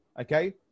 okay